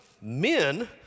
men